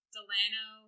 Delano